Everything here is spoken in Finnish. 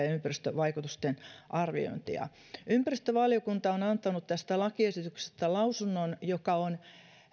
ja ympäristövaikutusten arviointia ympäristövaliokunta on antanut tästä lakiesityksestä lausunnon joka on